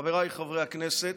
חבריי חברי הכנסת,